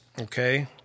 okay